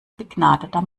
begnadeter